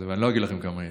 אני לא אגיד כמה יש.